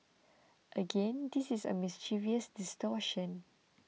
again this is a mischievous distortion